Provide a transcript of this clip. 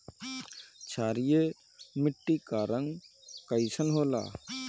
क्षारीय मीट्टी क रंग कइसन होला?